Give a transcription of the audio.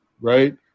right